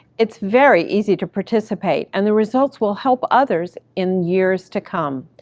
it's very easy to participate. and the results will help others in years to come.